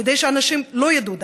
כדי שאנשים לא ידעו,